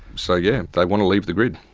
so yeah, they want to leave the grid.